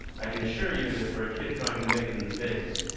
i can assure you that for a kid trying to make it in the bigs,